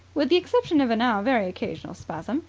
with the exception of a now very occasional spasm,